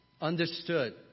understood